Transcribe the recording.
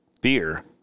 beer